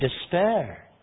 despair